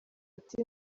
ati